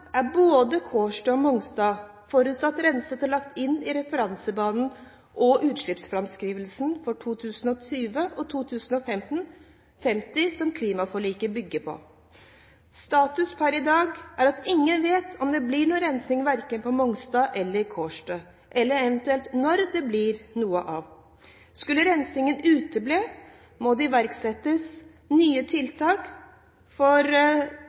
er både Kårstø og Mongstad forutsatt renset og lagt inn i referansebanen og utslippsframskrivingen for 2020 og 2050 som klimaforliket bygger på. Status per i dag er at ingen vet om det blir noen rensing på verken Mongstad eller Kårstø, eller eventuelt når det blir noe av. Skulle rensingen utebli, må det iverksettes nye tiltak for